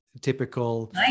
typical